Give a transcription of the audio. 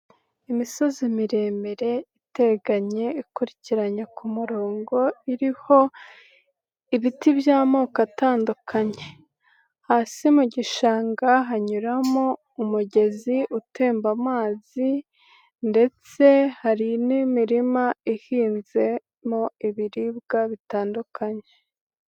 Imisozi miremire iteganye ikurikiranye ku murongo, iriho ibiti by'amoko atandukanye. Hasi mu gishanga hanyuramo umugezi utemba amazi ndetse hari n'imirima ihinzemo ibiribwa bitandukanye.